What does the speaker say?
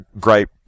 great